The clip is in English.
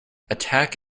attack